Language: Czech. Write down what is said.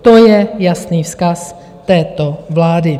To je jasný vzkaz této vlády.